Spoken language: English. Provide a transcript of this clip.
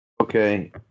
Okay